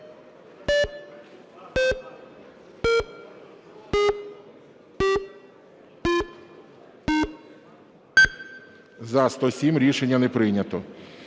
За-107 Рішення не прийнято.